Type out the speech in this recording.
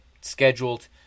scheduled